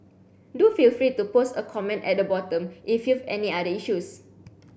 do feel free to post a comment at the bottom if you've any other issues